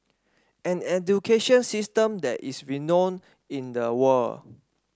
an education system that is renowned in the world